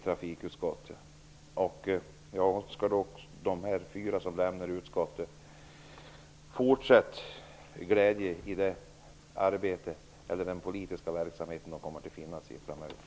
Jag önskar de fyra som lämnar utskottet fortsatt glädje i det arbete eller den politiska verksamhet de kommer att ägna sig åt framöver.